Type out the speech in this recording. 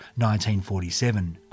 1947